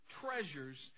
treasures